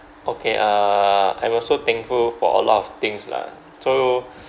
okay err I'm also thankful for a lot of things lah so